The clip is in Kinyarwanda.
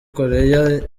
korea